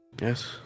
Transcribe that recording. yes